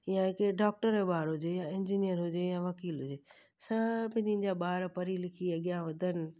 या कंहिं डॉक्टर जो ॿार हुजे इंजिनियर हुजे या वकील हुजे सभिनी जा ॿार पढ़ी लिखी अॻियां वधनि